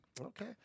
Okay